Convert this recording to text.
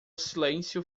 silêncio